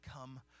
come